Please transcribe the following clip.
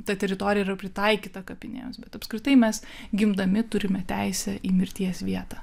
ta teritorija yra pritaikyta kapinėms bet apskritai mes gimdami turime teisę į mirties vietą